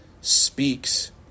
speaks